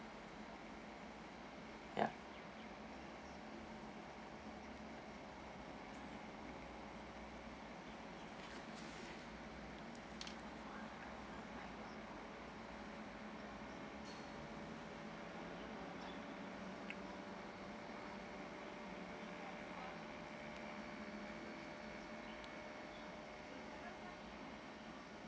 ya